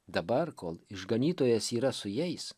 dabar kol išganytojas yra su jais